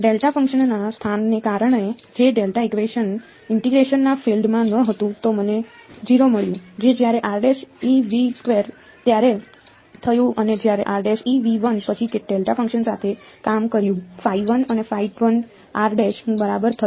delta ફંક્શનના સ્થાનને કારણે જો ડેલ્ટા ફંક્શન ઇન્ટીગ્રેશન ના ફીલ્ડ માં ન હતું તો મને 0 મળ્યું જે જ્યારે ત્યારે થયું અને જ્યારે પછી ડેલ્ટા ફંક્શન સાથે કામ કર્યું અને હું બરાબર થયો